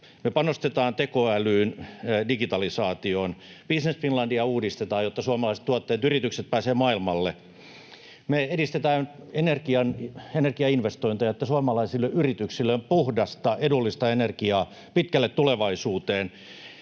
Me panostetaan tekoälyyn ja digitalisaatioon. Business Finlandia uudistetaan, jotta suomalaiset tuotteet ja yritykset pääsevät maailmalle. Me edistetään energiainvestointeja, että suomalaisille yrityksille on puhdasta, edullista energiaa pitkälle tulevaisuuteen.